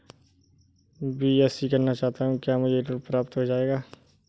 मैं बीएससी करना चाहता हूँ क्या मुझे ऋण प्राप्त हो जाएगा?